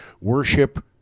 worship